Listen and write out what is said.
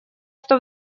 что